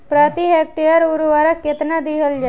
प्रति हेक्टेयर उर्वरक केतना दिहल जाई?